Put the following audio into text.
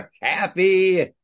happy